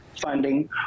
funding